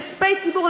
כספי ציבור,